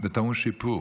וטעון שיפור,